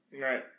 right